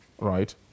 Right